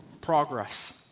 Progress